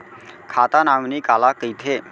खाता नॉमिनी काला कइथे?